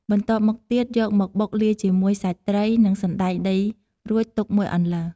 បន្ទាប់មកទៀតយកមកបុកលាយជាមួយសាច់ត្រីនិងសណ្តែកដីរួចទុកមួយអន្លើ។